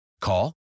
Call